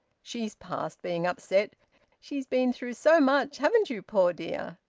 she's past being upset she's been through so much haven't you, you poor dear?